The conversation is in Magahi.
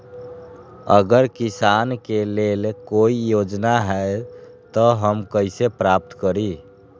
अगर किसान के लेल कोई योजना है त हम कईसे प्राप्त करी?